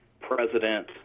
president